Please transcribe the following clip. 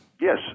Yes